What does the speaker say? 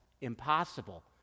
impossible